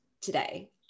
today